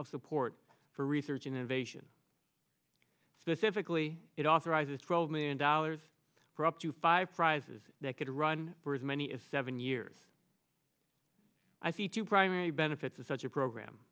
of support for research and innovation specifically it authorizes twelve million dollars for up to five prizes that could run for as many as seven years i see two primary benefits of such a program